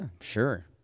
Sure